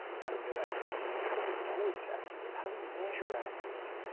how do we get accurate sequence? how do we know it's accurate? how do we measure accuracy?